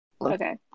Okay